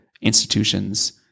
institutions